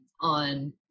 on